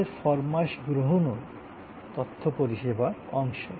খাবারের ফরমাশ গ্রহণও তথ্য পরিষেবার অংশ